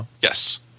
Yes